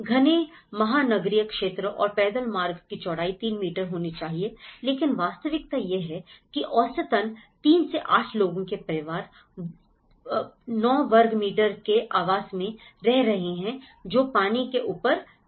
घने महानगरीय क्षेत्र और पैदल मार्ग की चौड़ाई 3 मीटर होनी चाहिए लेकिन वास्तविकता यह है कि औसतन 6 से 8 लोगों के परिवार 9 वर्ग मीटर के आवास में रह रहे हैं जो पानी के ऊपर कैंटिलीवर हैं